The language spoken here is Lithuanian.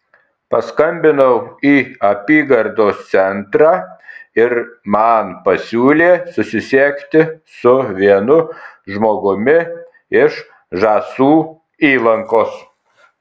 paskambinau į apygardos centrą ir man pasiūlė susisiekti su vienu žmogumi iš žąsų įlankos